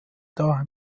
daher